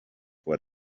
what